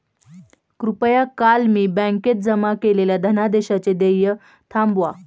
कृपया काल मी बँकेत जमा केलेल्या धनादेशाचे देय थांबवा